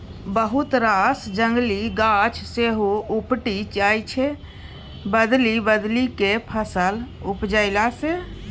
बहुत रास जंगली गाछ सेहो उपटि जाइ छै बदलि बदलि केँ फसल उपजेला सँ